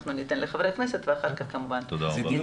ואנחנו ניתן לחברי כנסת אחרים ואחר כך כמובן למוזמנים.